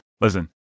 Listen